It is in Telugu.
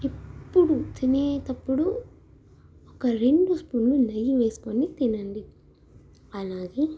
ఎప్పుడు తినేటప్పుడు ఒక రెండు స్పూన్లు నెయ్యి వేసుకొని తినండి అలాగే